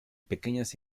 pequeñas